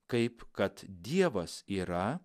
kaip kad dievas yra